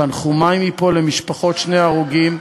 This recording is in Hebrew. תנחומי מפה למשפחות שני ההרוגים.